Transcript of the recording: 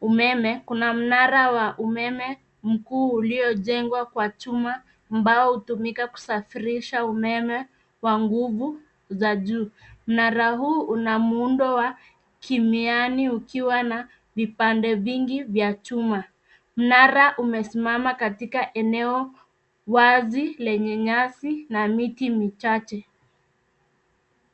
umeme. Kuna mnara wa umeme mkuu uliojengwa kwa chuma, ambao hutumika kusafirisha umeme wa nguvu za juu. Mnara huu una muundo wa kimiani ukiwa na vipande vingi vya chuma. Mnara umesimama katika eneo wazi lenye nyasi na miti michache.